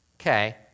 Okay